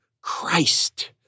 Christ